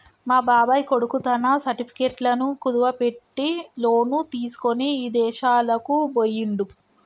మా బాబాయ్ కొడుకు తన సర్టిఫికెట్లను కుదువబెట్టి లోను తీసుకొని ఇదేశాలకు బొయ్యిండు